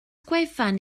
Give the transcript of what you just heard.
gwefan